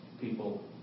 people